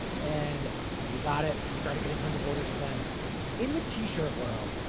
and we got it. we started getting tons of orders for them in the t-shirt world.